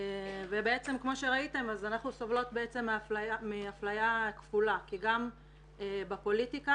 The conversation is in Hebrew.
ובעצם כמו שראיתם אנחנו סובלות מאפליה כפולה כי גם בפוליטיקה